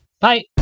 Bye